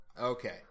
okay